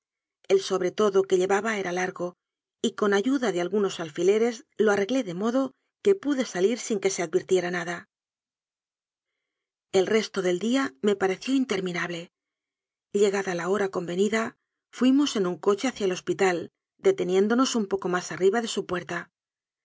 el sobretodo que llevaba era largo y con ayuda de algunos alfileres lo arreglé de modo que pude salir sin que se advir tiera nada el resto del día me pareció interminable llega da la hora convenida fuimos en un coche hacia el hospital deteniéndonos un poco más arriba de su puerta